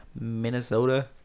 Minnesota